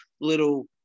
little